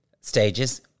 stages